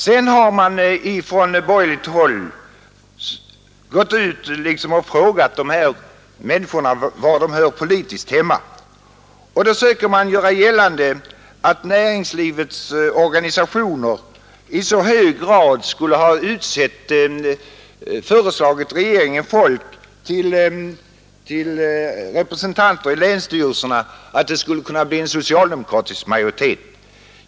Sedan har man ifrån borgerligt håll gått ut och frågat de här människorna var de hör politiskt hemma. Man söker göra gällande att näringslivets organisationer i så hög grad skulle ha föreslagit socialdemokrater till representanter i länsstyrelserna att det skulle kunna bli en socialdemokratisk majoritet.